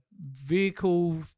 vehicle